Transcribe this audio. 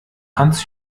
hans